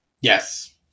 Yes